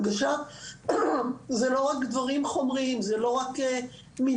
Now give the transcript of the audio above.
הנגשה זה לא רק דברים חומריים, זה לא רק מבנים,